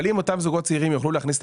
אבל אם אותם זוגות צעירים יוכלו להכניס את